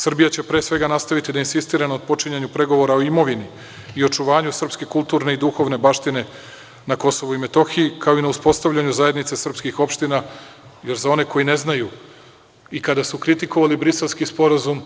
Srbija će, pre svega, nastaviti da insistira na otpočinjanju pregovora kao imovini i očuvanju srpske kulturne i duhovne baštine na Kosovu i Metohiji, kao i na uspostavljanju zajednice srpskih opština jer, za one koji ne znaju, i kada su kritikovali Briselski sporazum,